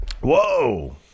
Whoa